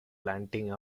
planting